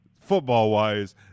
football-wise